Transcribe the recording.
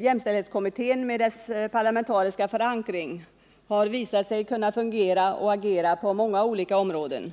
Jämställdhetskommittén med dess parlamentariska förankring har visat sig kunna fungera och agera på många olika områden.